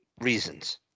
reasons